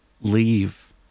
leave